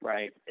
Right